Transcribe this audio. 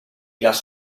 las